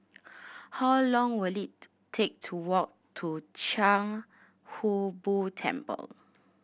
how long will it take to walk to Chia Hung Boo Temple